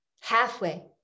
Halfway